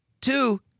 Two